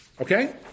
Okay